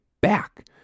back